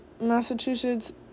Massachusetts